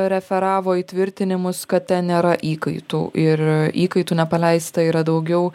referavo į tvirtinimus kad ten nėra įkaitų ir įkaitų nepaleista yra daugiau